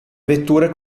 vetture